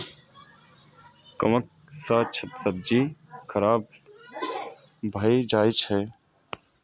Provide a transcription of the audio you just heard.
कवक सं सब्जी खराब भए जाइ छै